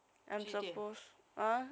几点